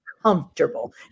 comfortable